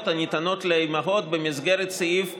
הניתנות לאימהות במסגרת סעיף 66(ג)(4)